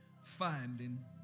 finding